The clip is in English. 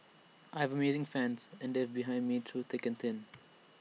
I have amazing fans and they've been behind me through thick and thin